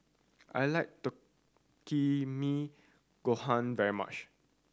I like Takikomi Gohan very much